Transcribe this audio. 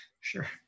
Sure